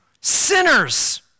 sinners